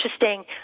interesting